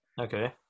Okay